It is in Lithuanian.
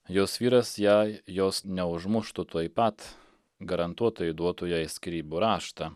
jos vyras jei jos neužmuštų tuoj pat garantuotai duotų jai skyrybų raštą